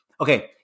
okay